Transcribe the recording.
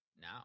now